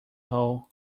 hole